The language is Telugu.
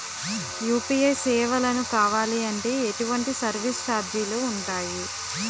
యు.పి.ఐ సేవలను కావాలి అంటే ఎటువంటి సర్విస్ ఛార్జీలు ఉంటాయి?